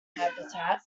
habitat